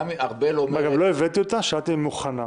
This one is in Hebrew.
לא הבאתי אותה, שאלתי אם היא מוכנה.